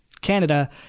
canada